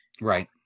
Right